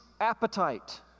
appetite